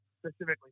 specifically